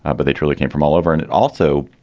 um but they truly came from all over. and also,